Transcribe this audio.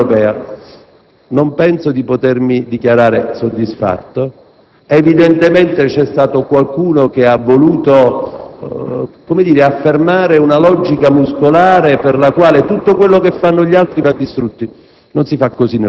ha riferito all'Unione Europea. Non penso di potermi dichiarare soddisfatto. Evidentemente c'è stato qualcuno che ha voluto affermare una logica muscolare per la quale tutto quello che fanno gli altri va distrutto.